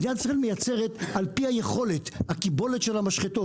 מדינת ישראל מייצרת על פי הקיבולת של המשחטות,